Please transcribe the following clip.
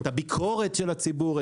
את הביקורת של הציבור,